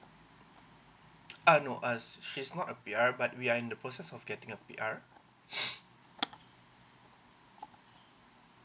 uh no us she's not a P_R but we are in the process of getting a P_R